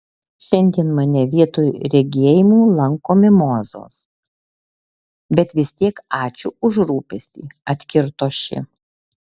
šiandien mane vietoj regėjimų lanko mimozos bet vis tiek ačiū už rūpestį atkirto ši